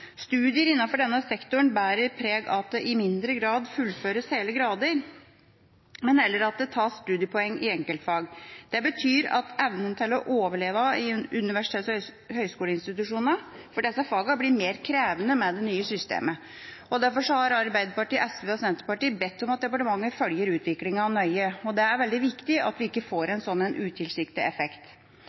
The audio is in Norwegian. Studier innenfor denne sektoren bærer preg av at det i mindre grad fullføres hele grader, og at det heller tas studiepoeng i enkeltfag. Det betyr at evnen til å «overleve» i UH-institusjonene for disse fagene blir mer krevende med det nye systemet. Derfor har Arbeiderpartiet, SV og Senterpartiet bedt om at departementet følger utviklingen nøye. Det er veldig viktig at vi ikke får en slik utilsiktet effekt.